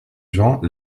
gens